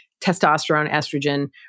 testosterone-estrogen